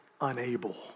unable